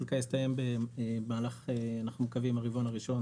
חלק יסתיים אנחנו מקווים במהלך הרבעון הראשון